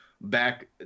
back